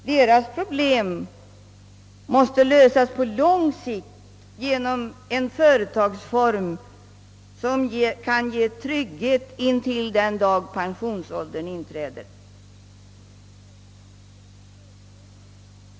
Deras problem måste lösas på lång sikt genom en företagsform som kan ge trygghet intill den dag då pensionsåldern inträder.